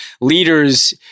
leaders